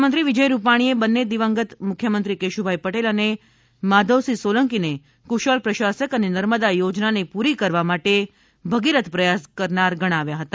મુખ્યમંત્રી વિજય રૂપાણીએ બંન્ને દિવંગત મુખ્યમંત્રી કેશુભાઈ પટેલ અને માધવસિંહ સોલંકીને કૃશળ પ્રશાસક અને નર્મદા યોજનાને પૂરી કરવામાટે ભગીરથ પ્રયાસ કરનાર ગણાવ્યા હતા